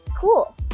Cool